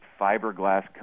fiberglass